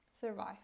survive